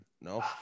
No